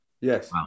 Yes